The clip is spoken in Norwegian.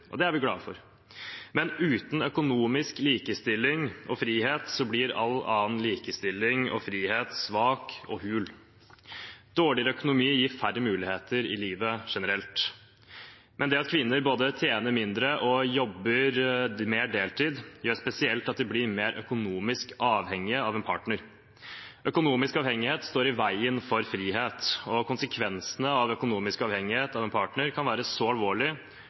og det er vi glade for – men uten økonomisk likestilling og frihet, blir all annen likestilling og frihet svak og hul. Dårligere økonomi gir færre muligheter i livet generelt. Men det at kvinner både tjener mindre og jobber mer deltid, gjør spesielt at de blir mer økonomisk avhengige av en partner. Økonomisk avhengighet står i veien for frihet, og konsekvensene av økonomisk avhengighet til en partner kan være så alvorlig